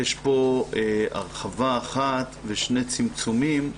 יש פה הרחבה אחת ושני צמצומים,